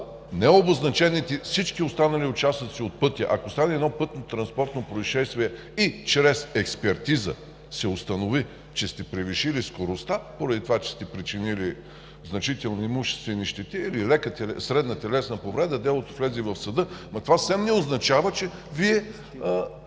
необозначени участъци от пътя, ако стане едно пътнотранспортно произшествие и чрез експертиза се установи, че сте превишили скоростта, поради това, че сте причинили значителни имуществени щети, или средна телесна повреда, делото влезе в съда, това съвсем не означава, че Вие